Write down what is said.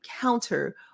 counter